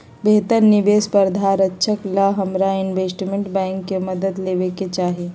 बेहतर निवेश प्रधारक्षण ला हमरा इनवेस्टमेंट बैंकर के मदद लेवे के चाहि